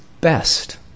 best